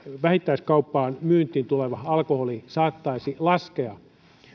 vähittäiskauppaan myyntiin tuleva alkoholi saattaisi laskea